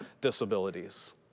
disabilities